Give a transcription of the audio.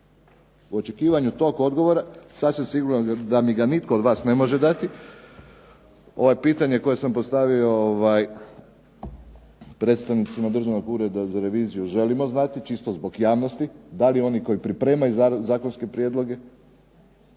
U očekivanju tog odgovora, sasvim sigurno da mi ga nitko od vas ne može dati, pitanje koje sam postavio predstavnicima Državnog ureda za reviziju želimo znati, čisto zbog javnosti, da li oni koji pripremaju zakonske prijedloge,